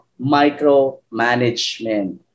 micromanagement